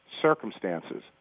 circumstances